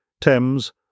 Thames